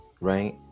right